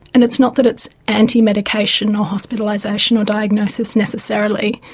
and it's not that it's anti-medication or hospitalisation or diagnosis necessarily,